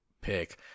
pick